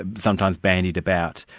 and sometimes bandied about,